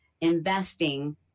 investing